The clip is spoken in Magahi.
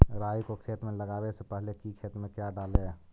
राई को खेत मे लगाबे से पहले कि खेत मे क्या डाले?